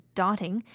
dotting